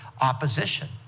opposition